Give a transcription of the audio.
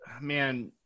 man –